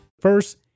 First